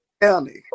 County